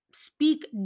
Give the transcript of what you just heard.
speak